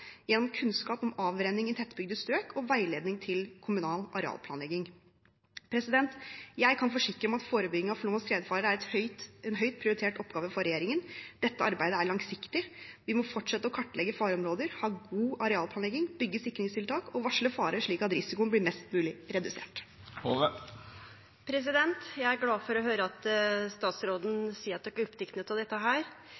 gjennom kunnskap om avrenning i tettbygde strøk og veiledning til kommunal arealplanlegging. Jeg kan forsikre om at forebygging av flom- og skredfare er en høyt prioritert oppgave for regjeringen. Dette arbeidet er langsiktig. Vi må fortsette å kartlegge fareområder, ha god arealplanlegging, bygge sikringstiltak og varsle farer, slik at risikoen blir mest mulig redusert. Eg er glad for å høyre at statsråden